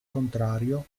contrario